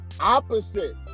opposite